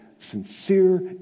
sincere